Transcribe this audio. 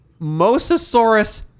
Mosasaurus